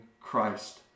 Christ